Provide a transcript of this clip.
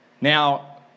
Now